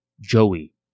Joey